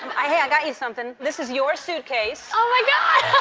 i got you something. this is your suitcase. oh, my god.